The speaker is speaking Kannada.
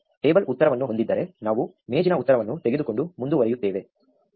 ಟೇಬಲ್ ಉತ್ತರವನ್ನು ಹೊಂದಿದ್ದರೆ ನಾವು ಮೇಜಿನ ಉತ್ತರವನ್ನು ತೆಗೆದುಕೊಂಡು ಮುಂದುವರಿಯುತ್ತೇವೆ